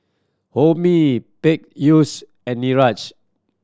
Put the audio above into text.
Homi Peyush and Niraj